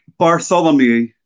Bartholomew